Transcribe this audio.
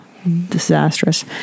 Disastrous